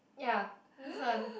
ya this one